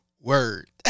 Word